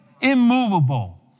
immovable